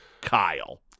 Kyle